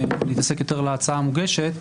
אני אתעסק יותר להצעה המוגשת.